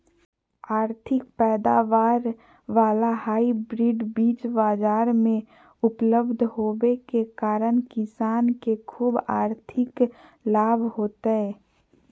अधिक पैदावार वाला हाइब्रिड बीज बाजार मे उपलब्ध होबे के कारण किसान के ख़ूब आर्थिक लाभ होतय